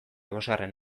bosgarren